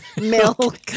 milk